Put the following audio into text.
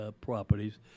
properties